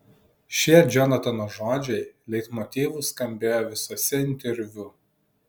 šie džonatano žodžiai leitmotyvu skambėjo visuose interviu